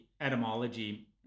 etymology